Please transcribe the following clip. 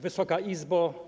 Wysoka Izbo!